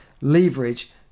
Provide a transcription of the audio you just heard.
leverage